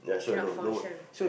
cannot function